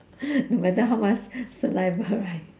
no matter how much saliva right